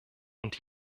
und